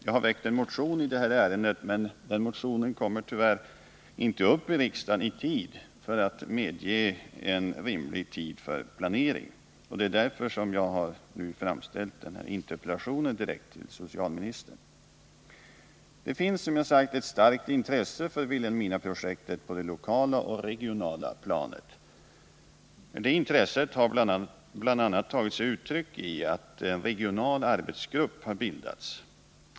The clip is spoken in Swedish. Jag har väckt en motion i detta ärende, men den kommer tyvärr inte upp i riksdagen i tid för att medge en rimlig tid för planering. Det är därför jag nu framställt denna interpellation direkt till socialministern. Det finns som sagt ett starkt intresse för Vilhelminaprojektet på det lokala och regionala planet. Det intresset har bl.a. tagit sig uttryck i att en regional arbetsgrupp har bildats.